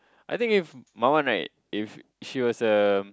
I think if my one right is she was a